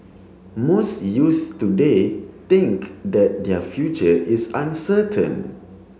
most youths today think that their future is uncertain